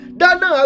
dana